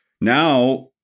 now